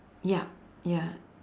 ya ya